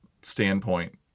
standpoint